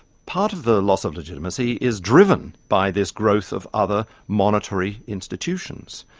part of the loss of legitimacy is driven by this growth of other monitory institutions.